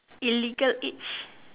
illegal age